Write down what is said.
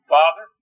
Father